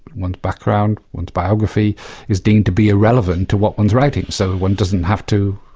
one's background, one's biography is deemed to be irrelevant to what one's writing. so one doesn't have to.